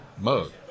mode